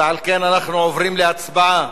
ועל כן אנחנו עוברים להצבעה.